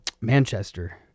Manchester